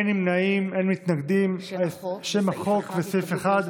אנטאנס שחאדה,